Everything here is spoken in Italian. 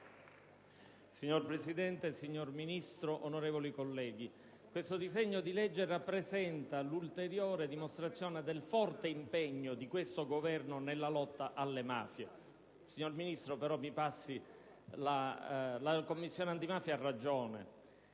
Signora Presidente, signor Ministro, onorevoli colleghi, il disegno di legge in esame rappresenta l'ulteriore dimostrazione del forte impegno di questo Governo nella lotta alle mafie. Signor Ministro, mi lasci, però, dire quanto segue. La Commissione antimafia ha ragione: